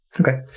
Okay